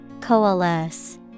Coalesce